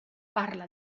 parla